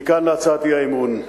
מכאן להצעת האי-אמון: